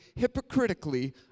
hypocritically